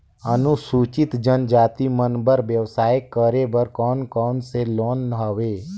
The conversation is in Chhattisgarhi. अनुसूचित जनजाति मन बर व्यवसाय करे बर कौन कौन से लोन हवे?